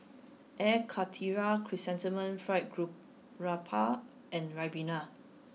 Air Karthira Chrysanthemum Fried Garoupa and Ribena